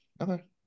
Okay